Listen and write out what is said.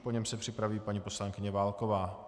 Po něm se připraví paní poslankyně Válková.